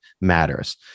matters